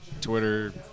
Twitter